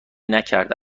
نکرده